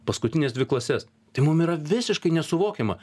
paskutines dvi klases tai mum yra visiškai nesuvokiama